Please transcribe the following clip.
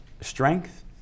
Strength